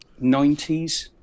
90s